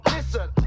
Listen